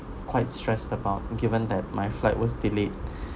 quite stressed about given that my flight was delayed